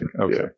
Okay